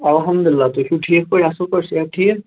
الحمدُاللہ تُہۍ چھُ ٹھیٖک پٲٹھۍ اصٕل پٲٹھۍ صحت ٹھیٖک